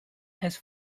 has